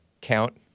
count